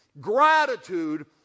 Gratitude